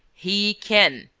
he can!